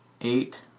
Eight